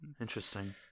Interesting